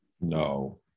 No